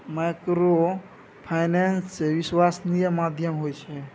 Microfinance विश्वासनीय माध्यम होय छै?